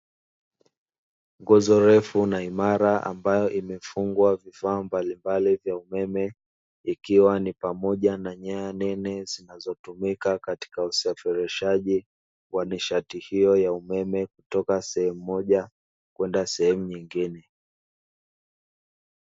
Nguzo ndefu na imara ambayo imefungwa vifaa mbalimbali vya umeme ikiwa ni pamoja na nyaya nene zinazotumika katika usafirishaji wa nishati hiyo ya umeme, kutoka sehemu moja kwenda sehemu nyingine.